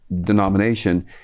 denomination